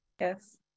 Yes